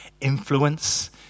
influence